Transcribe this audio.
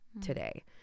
today